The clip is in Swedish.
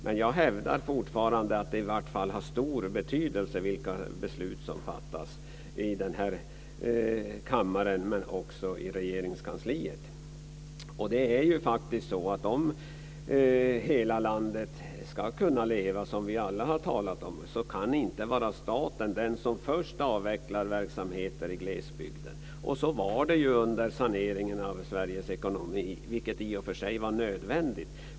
Men jag hävdar fortfarande att det i vart fall har stor betydelse vilka beslut som fattas i denna kammare, men också i Regeringskansliet. Om hela landet ska kunna leva, som vi alla har talat om, kan staten inte vara den som först avvecklar verksamheter i glesbygden. Så var det ju under saneringen av Sveriges ekonomi, vilken i och för sig var nödvändig.